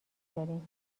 دارین